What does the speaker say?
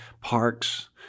parks